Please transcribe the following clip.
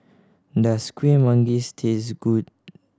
does Kueh Manggis taste good